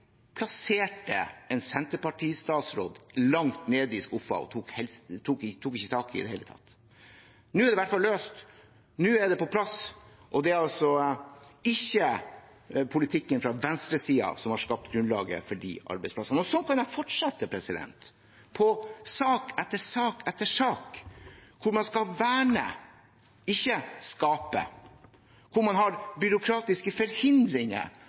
hele tatt. Nå er det i hvert fall løst. Nå er det på plass, og det er altså ikke politikken fra venstresiden som har skapt grunnlaget for de arbeidsplassene. Sånn kan jeg fortsette i sak etter sak etter sak, der man skal verne, ikke skape, og der man har byråkratiske forhindringer